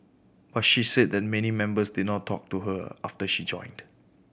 but she said that many members did not talk to her after she joined